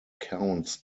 counts